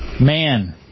Man